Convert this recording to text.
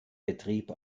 betrieb